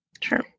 Sure